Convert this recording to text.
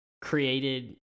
created